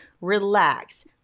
relax